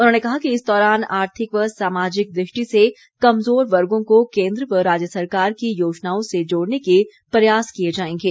उन्होंने कहा कि इस दौरान आर्थिक व सामाजिक दृष्टि से कमजोर वर्गों को केन्द्र व राज्य सरकार की योजनाओं से जोड़ने के प्रयास किए जाएंगे